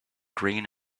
green